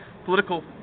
political